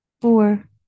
four